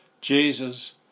Jesus